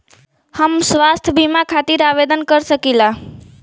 हम स्वास्थ्य बीमा खातिर आवेदन कर सकीला?